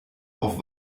auf